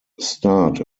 start